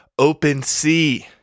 OpenSea